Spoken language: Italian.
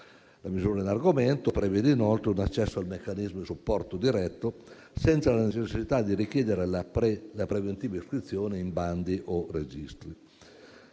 La misura in argomento prevede inoltre un accesso al meccanismo di supporto diretto, senza la necessità di richiedere la preventiva iscrizione in bandi o registri.